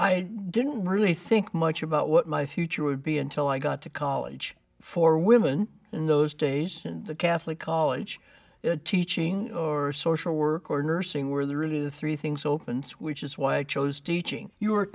i didn't really think much about what my future would be until i got to college for women in those days and the catholic college teaching or social work or nursing were the really the three things opens which is why i chose teaching you